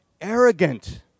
arrogant